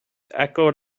echoed